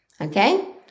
Okay